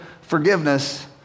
forgiveness